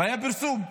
והיה פרסום,